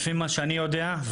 לפי מה שאני יודע,